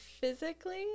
physically